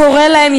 קורא להם,